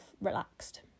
relaxed